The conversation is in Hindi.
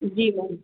जी मैम